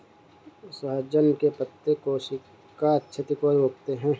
सहजन के पत्ते कोशिका क्षति को रोकते हैं